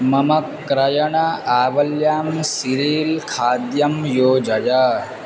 मम क्रयणस्य आवल्यां सिरील् खाद्यं योजय